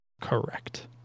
Correct